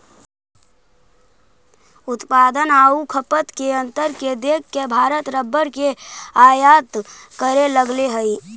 उत्पादन आउ खपत के अंतर के देख के भारत रबर के आयात करे लगले हइ